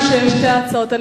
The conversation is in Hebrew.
יש שתי הצעות,